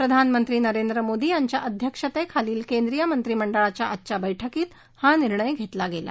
प्रधानमंत्री नरेंद्र मोदी यांच्या अध्यक्षतेखाली केंद्रीय मंत्रीमंडळाच्या आजच्या बैठकीत हा निर्णय घेतला गेला